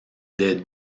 des